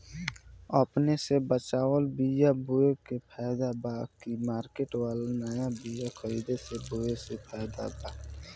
अपने से बचवाल बीया बोये मे फायदा बा की मार्केट वाला नया बीया खरीद के बोये मे फायदा बा?